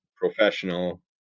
professional